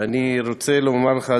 ואני רוצה לומר לך,